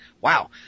wow